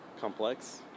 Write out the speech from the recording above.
complex